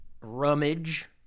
Rummage